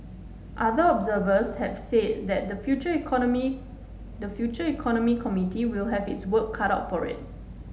other observers have said the Future Economy the Future Economy Committee will have its work cut out for it